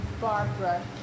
Barbara